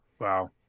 Wow